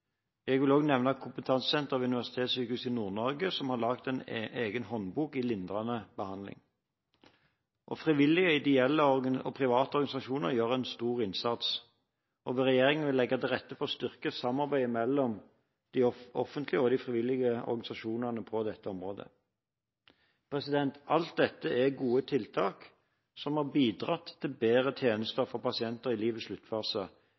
Universitetssykehuset i Nord-Norge, som har laget en egen håndbok i lindrende behandling. Frivillige, ideelle og private organisasjoner gjør en stor innsats. Regjeringen vil legge til rette for å styrke samarbeidet mellom det offentlige og de frivillige organisasjonene på dette området. Alt dette er gode tiltak, som har bidratt til bedre tjenester for pasienter i livets sluttfase.